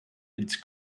it’s